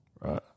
right